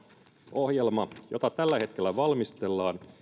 ohjelman jota tällä hetkellä valmistellaan